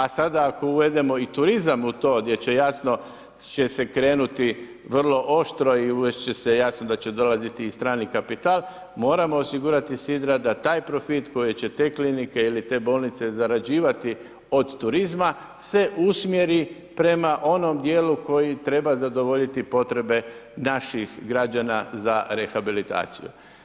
A sada ako uvedemo i turizam u to gdje će jasno će se krenuti vrlo oštro i uvest će se, jasno da će dolaziti i strani kapital, moramo osigurati sidra da taj profit koji će te klinike ili te bolnice zarađivati od turizma se usmjeri prema onom djelu koji treba zadovoljiti potrebe naših građana za rehabilitaciju.